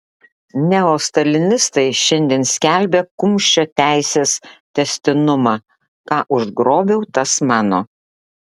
neostalinistai šiandien skelbia kumščio teisės tęstinumą ką užgrobiau tas mano